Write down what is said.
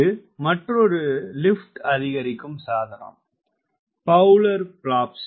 இது மற்றொரு லிப்ட் அதிகரிக்கும் சாதனம் பவுலர் பிளாப்ஸ்